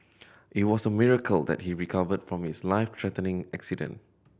it was a miracle that he recovered from his life threatening accident